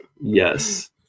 Yes